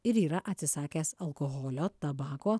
ir yra atsisakęs alkoholio tabako